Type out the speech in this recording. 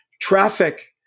traffic